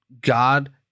God